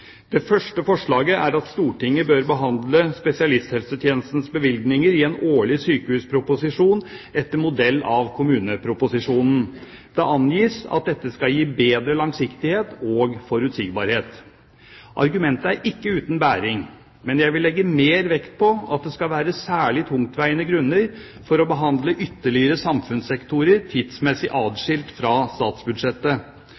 Det første forslaget er at Stortinget bør behandle spesialisthelsetjenestens bevilgninger i en årlig sykehusproposisjon etter modell av kommuneproposisjon. Det angis at dette skal gi bedre langsiktighet og forutsigbarhet. Argumentet er ikke uten bæreevne, men jeg vil legge mer vekt på at det skal være særlig tungtveiende grunner for å behandle ytterligere samfunnssektorer tidsmessig